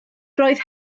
roedd